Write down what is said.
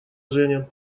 женя